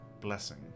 blessing